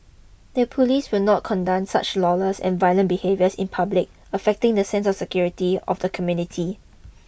the police will not condone such lawless and violent behaviours in public affecting the sense of security of the community